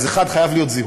אז, 1. חייב להיות זיהוי.